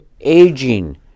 aging